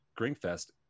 Greenfest